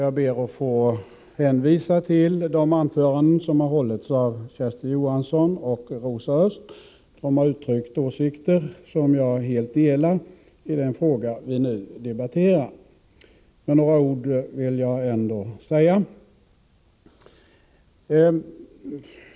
Jag ber att få hänvisa till de anföranden som har hållits av Kersti Johansson och Rosa Östh. De har uttryckt åsikter som jag helt delar när det gäller den fråga som vi nu debatterar. Några ord vill jag ändå säga.